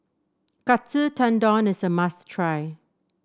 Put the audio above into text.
Katsu Tendon is a must try